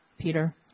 Peter